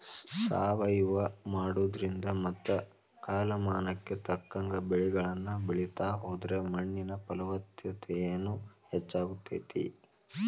ಸಾವಯವ ಕೃಷಿ ಮಾಡೋದ್ರಿಂದ ಮತ್ತ ಕಾಲಮಾನಕ್ಕ ತಕ್ಕಂಗ ಬೆಳಿಗಳನ್ನ ಬೆಳಿತಾ ಹೋದ್ರ ಮಣ್ಣಿನ ಫಲವತ್ತತೆನು ಹೆಚ್ಚಾಗ್ತೇತಿ